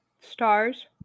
stars